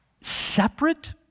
separate